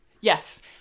Yes